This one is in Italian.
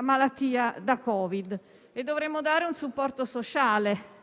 malattia da Covid-19. Dovremmo dare un supporto sociale: